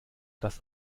das